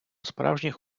справжніх